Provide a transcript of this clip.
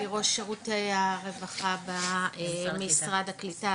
ראש שירות הרווחה במשרד הקליטה,